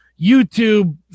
YouTube